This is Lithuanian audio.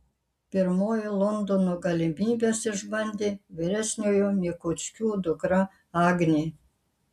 pirmoji londono galimybes išbandė vyresniojo mikuckių dukra agnė